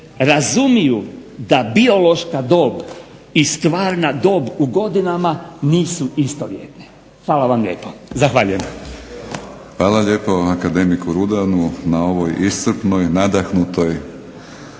razumiju da biološka dob i stvarna dob u godinama nisu istovjetne. Hvala vam lijepo. Zahvaljujem.